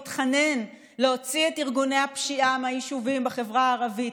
והתחנן להוציא את ארגוני הפשיעה מהיישובים בחברה הערבית.